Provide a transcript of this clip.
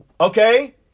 okay